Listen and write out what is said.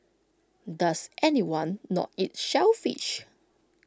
does anyone not eat shellfish